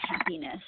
happiness